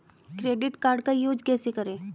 Credit card का use कैसे करें?